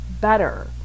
better